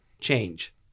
Change